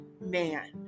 man